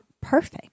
perfect